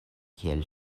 kiel